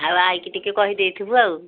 ଆଉ ଆଈକୁ ଟିକେ କହିଦେଇଥିବୁ ଆଉ